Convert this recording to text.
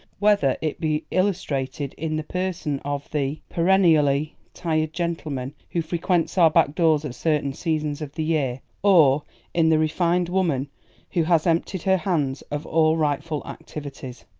whether it be illustrated in the person of the perennially tired gentleman who frequents our back doors at certain seasons of the year, or in the refined woman who has emptied her hands of all rightful activities.